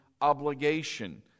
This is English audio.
obligation